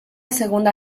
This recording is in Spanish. segunda